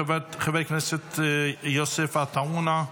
חבר הכנסת יוסף עטאונה,